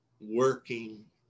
working